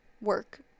work